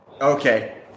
Okay